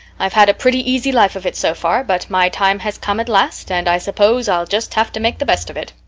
i've had a pretty easy life of it so far, but my time has come at last and i suppose i'll just have to make the best of it.